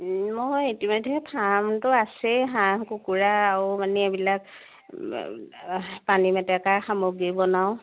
নহয় ইতিমধ্যে ফাৰ্মটো আছেই হাঁহ কুকুৰা আৰু মানে এইবিলাক পানী মেটেকাৰ সামগ্ৰী বনাওঁ